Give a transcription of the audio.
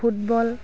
football